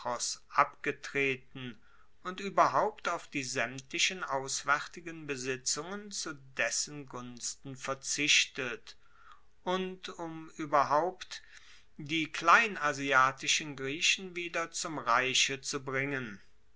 abgetreten und ueberhaupt auf die saemtlichen auswaertigen besitzungen zu dessen gunsten verzichtet und um ueberhaupt die kleinasiatischen griechen wieder zum reiche zu bringen